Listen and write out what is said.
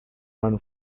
run